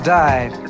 died